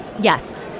Yes